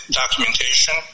documentation